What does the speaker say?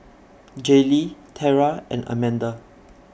Jaylee Tera and Amanda